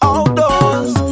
Outdoors